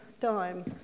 time